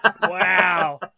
Wow